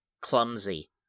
clumsy